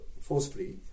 forcefully